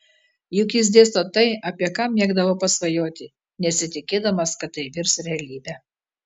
juk jis dėsto tai apie ką mėgdavo pasvajoti nesitikėdamas kad tai virs realybe